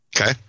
Okay